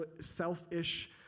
selfish